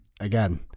again